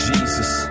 Jesus